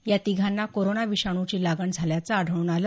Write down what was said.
या तिघांना कोरोना विषाणूची लागण झाल्याचं आढळून आलं